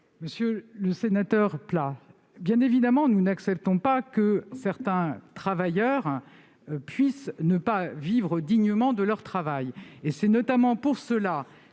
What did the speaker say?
Monsieur le sénateur Pla, bien évidemment, nous n'acceptons pas que certains travailleurs puissent ne pas vivre dignement de leur travail. C'est notamment pour cela